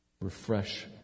Refresh